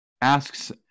Asks